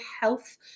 Health